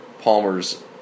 Palmer's